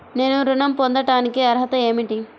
నేను ఋణం పొందటానికి అర్హత ఏమిటి?